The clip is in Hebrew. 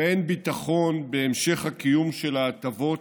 ואין ביטחון בהמשך הקיום של ההטבות,